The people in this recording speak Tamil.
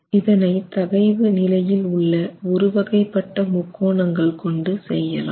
இதனை தகைவு நிலையில் உள்ள ஒரு வகைபட்ட முக்கோணங்கள் கொண்டு செய்யலாம்